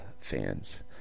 fans